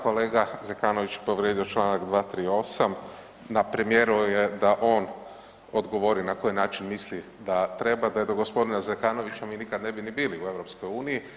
Kolega Zekanović povrijedio je čl. 238. na premijeru je da on odgovori na koji način misli da treba, da je do gospodina Zekanovića mi nikad ni bi ni bili u EU.